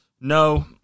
No